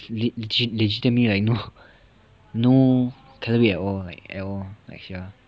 they tell me like no no calorie at all like at all sia